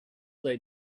they